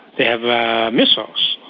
they have missiles,